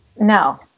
no